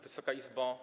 Wysoka Izbo!